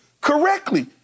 correctly